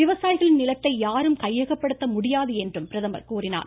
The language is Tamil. விவசாயிகளின் நிலத்தை யாரும் கையகப்படுத்த முடியாது என்றும் அவர் கூறினார்